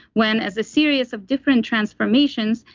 when as a series of different transformations,